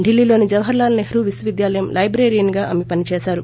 ఢిల్లీలోని జవహల్లాల్ సెహ్రూ విశ్వవిద్యాలయం లైట్రేరియన్గా ఆమె పని చేశారు